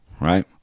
right